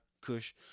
Kush